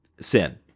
sin